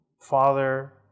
Father